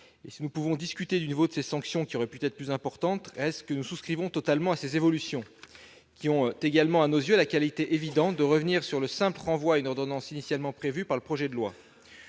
Si nous pouvons discuter du niveau de ces sanctions, qui auraient pu être plus dures, reste que nous souscrivons pleinement à ces évolutions, qui ont à nos yeux le mérite évident de revenir sur le simple renvoi à une ordonnance, initialement prévu par le projet de loi.